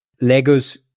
Lego's